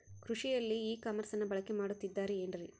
ಕೃಷಿಯಲ್ಲಿ ಇ ಕಾಮರ್ಸನ್ನ ಬಳಕೆ ಮಾಡುತ್ತಿದ್ದಾರೆ ಏನ್ರಿ?